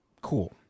Cool